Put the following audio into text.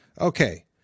Okay